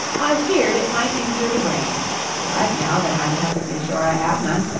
i feared it might injure the brain but, now that i'm perfectly sure i have none,